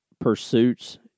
pursuits